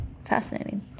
Fascinating